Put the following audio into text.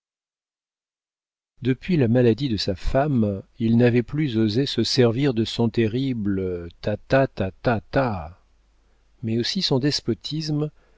depuis la maladie de sa femme il n'avait plus osé se servir de son terrible ta ta ta ta ta mais aussi son despotisme